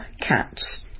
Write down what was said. Cats